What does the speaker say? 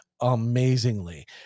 amazingly